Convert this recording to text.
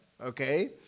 okay